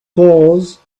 course